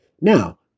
Now